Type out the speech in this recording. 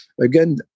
Again